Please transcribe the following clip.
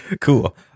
Cool